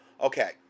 okay